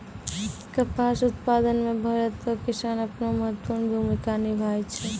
कपास उप्तादन मे भरत रो किसान अपनो महत्वपर्ण भूमिका निभाय छै